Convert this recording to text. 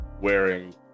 wearing